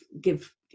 give